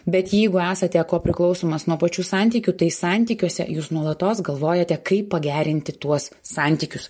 bet jeigu esate kopriklausomas nuo pačių santykių tai santykiuose jūs nuolatos galvojate kaip pagerinti tuos santykius